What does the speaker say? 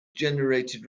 generated